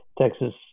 Texas